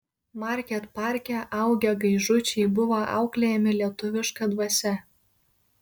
market parke augę gaižučiai buvo auklėjami lietuviška dvasia